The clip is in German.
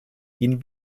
ihn